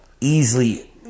easily